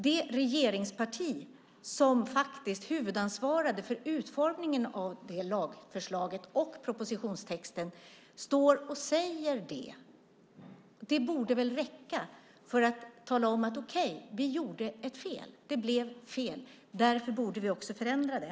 Det regeringsparti som hade huvudansvaret för utformningen av det lagförslaget och propositionstexten säger det. Det borde väl räcka för att tala om att vi gjorde ett fel. Det blev fel, och därför borde vi också förändra det.